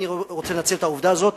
אני רוצה לנצל את העובדה הזאת,